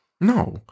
No